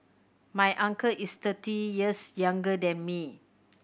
my uncle is thirty years younger than me